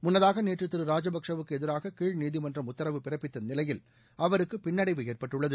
முன்னதாக நேற்று திரு ராஜபக்ஷேவுக்கு எதிராக கீழ் நீதிமன்றம் உத்தரவு பிறப்பித்த நிலையில் அவருக்கு பின்னடைவு ஏற்பட்டுள்ளது